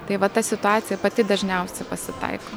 tai va ta situacija pati dažniausia pasitaiko